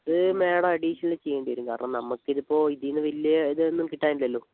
അത് madam additional ചെയ്യേണ്ടിവരും കാരണം നമുക്കിതിപ്പോൾ ഇതീന്ന് വലിയ ഇതൊന്നും കിട്ടാനില്ലല്ലോ